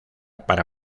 para